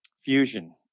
fusion